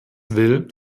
will